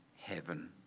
heaven